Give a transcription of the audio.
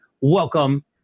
Welcome